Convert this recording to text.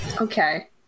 Okay